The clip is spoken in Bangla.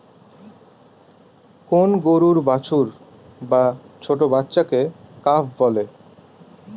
কোন গরুর বাছুর বা ছোট্ট বাচ্চাকে কাফ বলে